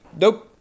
nope